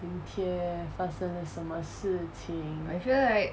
明天发生了什么事情